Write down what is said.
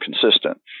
consistent